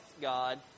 God